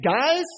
guys